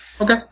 Okay